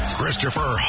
Christopher